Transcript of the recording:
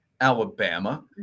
Alabama